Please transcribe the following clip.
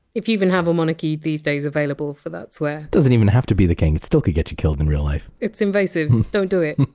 if you even have a monarchy these days available for that swear. doesn't even have to be the king. it still could get you killed in real life. it's invasive. don't do it.